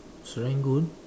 Serangoon